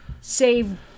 save